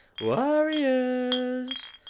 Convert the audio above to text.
Warriors